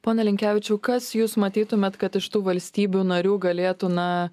pone linkevičiau kas jūs matytumėt kad iš tų valstybių narių galėtų na